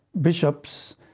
bishops